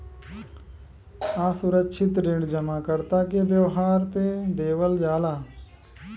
असुरक्षित ऋण जमाकर्ता के व्यवहार पे देवल जाला